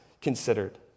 considered